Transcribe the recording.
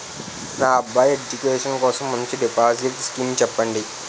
నా అబ్బాయి ఎడ్యుకేషన్ కోసం మంచి డిపాజిట్ స్కీం చెప్పండి